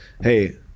hey